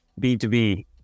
B2B